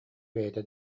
бэйэтэ